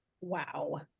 Wow